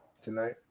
tonight